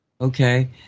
Okay